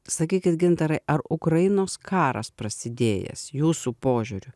sakykit gintarai ar ukrainos karas prasidėjęs jūsų požiūriu